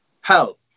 help